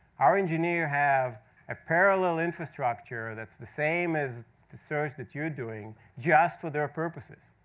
our engineer have a parallel infrastructure that's the same as the search that you're doing, just for their purposes,